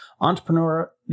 Entrepreneur